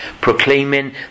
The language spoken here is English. Proclaiming